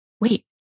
wait